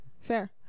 fair